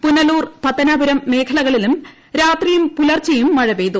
പുനലൂർ പത്തനാപുരം മേഖലകളിലും രാത്രിയും പുലർച്ചെയും മഴ പെയ്തു